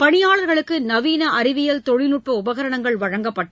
பணியாளர்களுக்கு நவீன அறிவியல் தொழில்நுட்ப உபகரணங்கள் வழங்கப்பட்டு